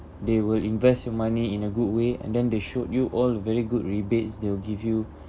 they will invest your money in a good way and then they showed you all a very good rebates they will give you